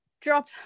drop